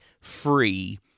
free